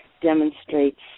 demonstrates